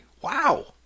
wow